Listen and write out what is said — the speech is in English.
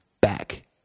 back